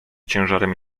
ciężarem